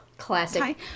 Classic